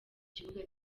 kibuga